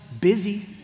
busy